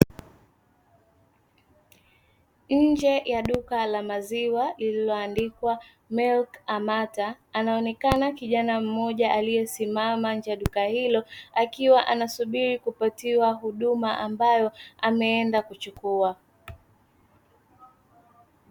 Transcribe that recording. Nje ya duka la maziwa lililoandikwa “MILK AMANDA” anaonekana kijana mmoja aliyesimama nje ya duka hilo, akiwa anasubiri kupata huduma ambayo ameenda kuchukua.